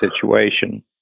situation